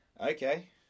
Okay